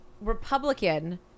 Republican